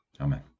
Amen